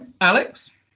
alex